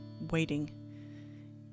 waiting